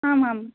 आमाम्